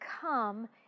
come